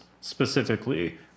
specifically